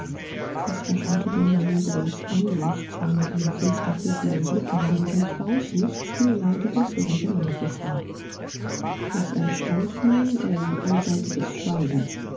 caspar schaute den mann groß an und zwar mit einem finster prüfenden blick in dem durchaus nichts wehleidiges oder jämmerliches war es entstand nun ein allseitiges schweigen